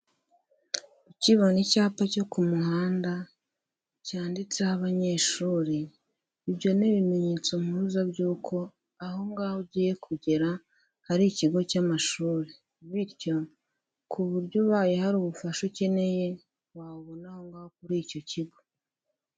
Ukibona icyapa cyo ku muhanda cyanditseho abanyeshuri, ibyo ni ibimenyetso mpuruza by'uko aho ngaho ugiye kugera aha ikigo cy'amashuri, bityo ku buryo ubaye hari ubufasha ukeneye wabona aho ngaho kuri icyo kigo.